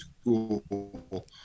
school